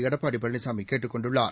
எடப்பாடி பழனிசாமி கேட்டுக் கொண்டுள்ளார்